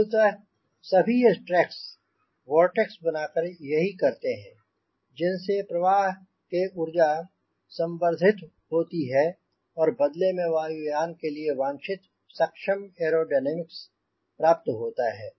मूलतः सभी strakes vortex बनाकर यही करते हैं जिनसे प्रवाह के ऊर्जा संवर्धित होती है और बदले में वायुयान के लिए वांछित और सक्षम एयरोडायनेमिक्स प्राप्त होता है